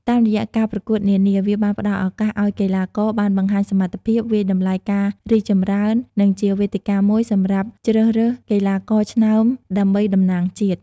តាមរយះការប្រកួតនានា វាបានផ្តល់ឱកាសឲ្យកីឡាករបានបង្ហាញសមត្ថភាព វាយតម្លៃការរីកចម្រើន និងជាវេទិកាមួយសម្រាប់ជ្រើសរើសកីឡាករឆ្នើមដើម្បីតំណាងជាតិ។